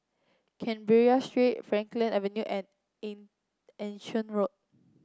Canberra Street Frankel Avenue and Anson Road